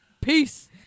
Peace